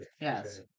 Yes